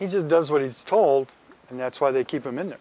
he just does what he's told and that's why they keep him in